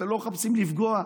אתם לא מחפשים לפגוע.